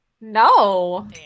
No